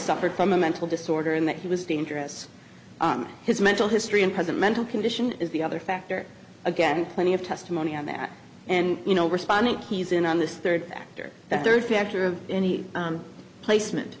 suffered from a mental disorder and that he was dangerous his mental history and present mental condition is the other factor again plenty of testimony on that and you know respondent he's in on this third factor the third factor of placement